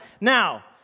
now